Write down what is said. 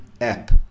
app